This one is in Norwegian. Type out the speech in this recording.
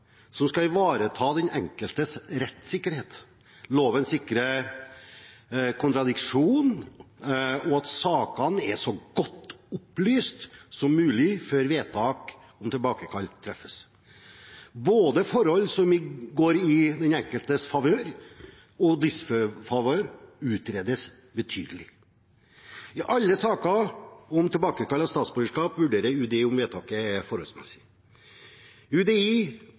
som skal ivareta den enkeltes rettssikkerhet. Loven sikrer kontradiksjon og at sakene er så godt opplyst som mulig før vedtak om tilbakekall treffes. Forhold som går både i den enkeltes favør og disfavør utredes betydelig. I alle saker om tilbakekall av statsborgerskap vurderer UDI om vedtaket er forholdsmessig.